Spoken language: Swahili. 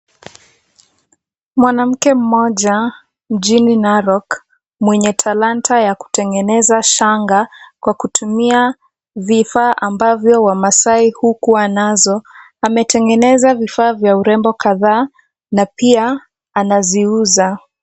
Mwanamke mmoja mjini Narok mwenye talanta ya kutengeneza shanga kwa kutumia vifaa ambavyo wamasai hukua nazo ametengeneza vifaa vya urembo kadhaa na pia anaziuza.